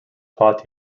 pot